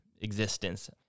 existence